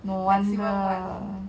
no wonder